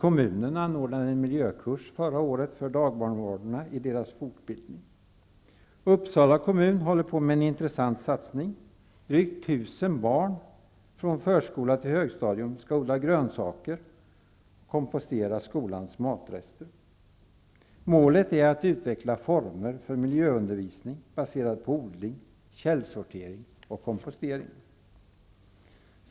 Kommunen anordnade förra året en miljökurs för dagbarnvårdarna i deras fortbildning. Uppsala kommun håller på med en intressant satsning. Drygt 1 000 barn från förskola till högstadium skall odla grönsaker och kompostera skolans matrester. Målet är att utveckla former för miljöundervisning baserad på odling, källsortering och kompostering.